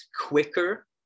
quicker